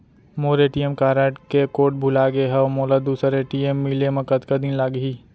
मोर ATM card के code भुला गे हव, मोला दूसर ए.टी.एम मिले म कतका दिन लागही?